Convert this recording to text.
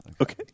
Okay